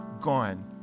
gone